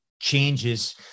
changes